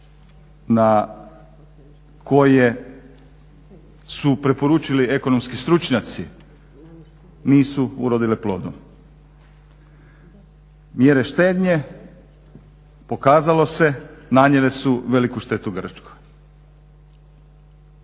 na koje su preporučili ekonomski stručnjaci nisu urodile plodom. Mjere štednje, pokazalo se, nanijele su veliku štetu Grčkoj.